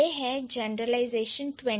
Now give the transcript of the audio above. यही है जनरलाइजेशन 20